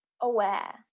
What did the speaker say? aware